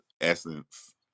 Essence